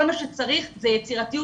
כל מה שצריך זה יצירתיות,